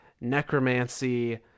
necromancy